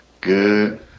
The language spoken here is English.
Good